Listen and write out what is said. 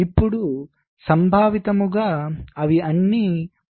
ఇప్పుడు సంభావితంగా అవి అన్ని ఒకే విధంగా ఉంటాయి